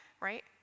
right